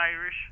Irish